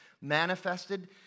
manifested